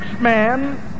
man